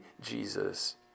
Jesus